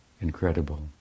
incredible